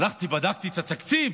הלכתי ובדקתי את התקציב,